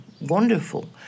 wonderful